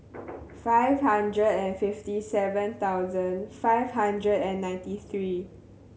five hundred and fifty seven thousand five hundred and ninety three